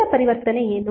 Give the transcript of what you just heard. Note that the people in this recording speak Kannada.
ಮೂಲ ಪರಿವರ್ತನೆ ಏನು